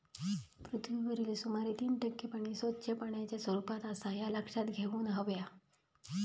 पृथ्वीवरील सुमारे तीन टक्के पाणी स्वच्छ पाण्याच्या स्वरूपात आसा ह्या लक्षात घेऊन हव्या